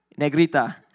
Negrita